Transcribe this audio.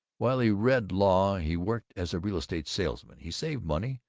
while he read law he worked as a real-estate salesman. he saved money,